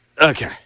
Okay